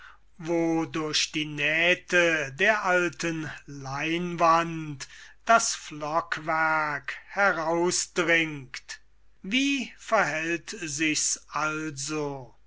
durch die nähte der alten leinwand das flockwerk herausbringt wie verhält sich's also